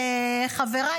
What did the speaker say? חבריי,